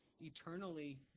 eternally